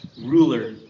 ruler